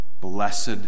blessed